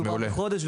בצורה מסודרת,